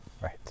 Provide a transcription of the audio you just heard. Right